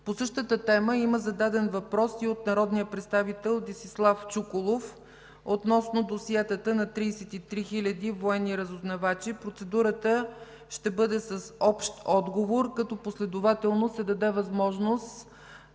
По същата тема има зададен въпрос и от народния представител Десислав Чуколов относно досиетата на 33 хиляди военни разузнавачи. Процедурата ще бъде с общ отговор, като последователно се даде възможност